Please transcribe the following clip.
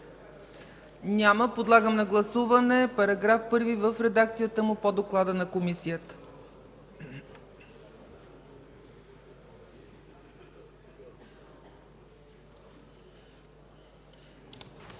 Няма. Подлагам на гласуване § 1 в редакцията по доклада на Комисията.